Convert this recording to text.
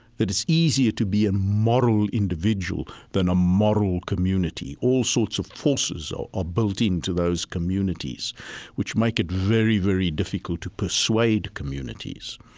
that it's easier to be a moral individual than a moral community. all sorts of forces are ah built into those communities which make it very, very difficult to persuade communities.